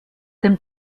dem